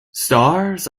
stars